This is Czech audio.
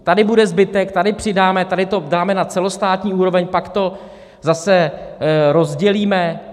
Tady bude zbytek, tady přidáme, tady to dáme na celostátní úroveň, pak to zase rozdělíme.